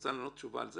רוצה לענות תשובה על זה?